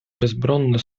bezbronne